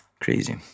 Crazy